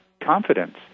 confidence